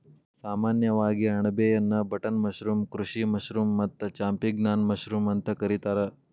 ಸಾಮಾನ್ಯವಾಗಿ ಅಣಬೆಯನ್ನಾ button mushroom, ಕೃಷಿ ಮಶ್ರೂಮ್ ಮತ್ತ ಚಾಂಪಿಗ್ನಾನ್ ಮಶ್ರೂಮ್ ಅಂತ ಕರಿತಾರ